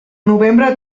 novembre